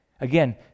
Again